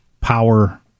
power